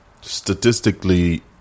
statistically